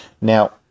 Now